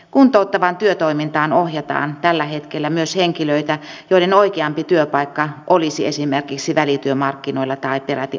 kuntouttavaan työtoimintaan ohjataan tällä hetkellä myös henkilöitä joiden oikeampi työpaikka olisi esimerkiksi välityömarkkinoilla tai peräti avoimilla työmarkkinoilla